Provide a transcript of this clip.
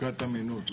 אני מבינה שהם בזום.